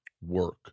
work